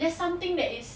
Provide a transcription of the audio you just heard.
there's something that is